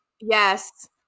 Yes